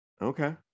okay